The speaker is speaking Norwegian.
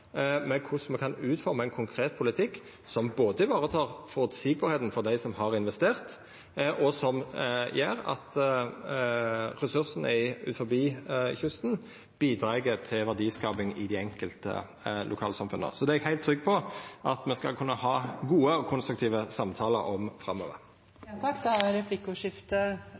som gjer at ressursane utanfor kysten bidreg til verdiskaping i dei enkelte lokalsamfunna. Det er eg heilt trygg på at me skal kunna ha gode og konstruktive samtalar om framover.